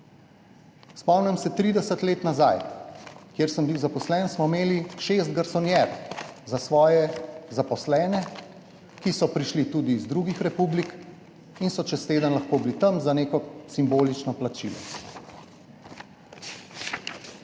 Spomnim se 30 let nazaj, kjer sem bil zaposlen, smo imeli šest garsonjer za svoje zaposlene, ki so prišli tudi iz drugih republik in so lahko bili čez teden tam za neko simbolično plačilo,